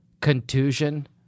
contusion